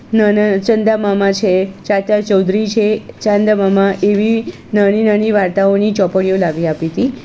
નાના ચંદા મામા છે ચાચા ચૌધરી છે ચાંદા મામા એવી નાની નાની વાર્તાઓની ચોપડીઓ લાવી આપી હતી